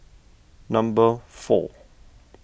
number four